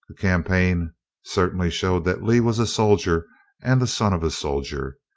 campaign certainly showed that lee was a soldier and the son of a soldier.